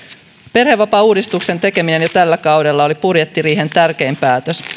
perhevapaauudistuksen tekeminen jo tällä kaudella oli budjettiriihen tärkein päätös